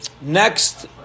Next